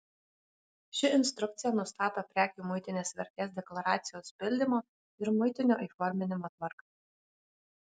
ši instrukcija nustato prekių muitinės vertės deklaracijos pildymo ir muitinio įforminimo tvarką